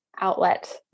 outlet